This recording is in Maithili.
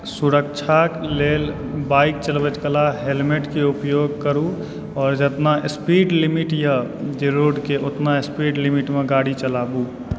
सुरक्षाक लेल बाइक चलबैत काल हेलमेट के उपयोग करू और जतना स्पीड लिमिट यऽ जे रोड के ओतना स्पीड लिमिट मे गाड़ी चलाबू